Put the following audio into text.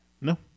No